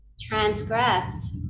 transgressed